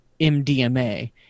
MDMA